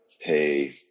pay